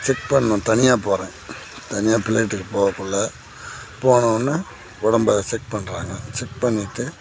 check பண்ணணும் தனியாக போகிறேன் தனியாக பிளைட்டுக்கு போகக்குள்ள போன ஒடனே உடம்ப செக் பண்ணுறாங்க செக் பண்ணிவிட்டு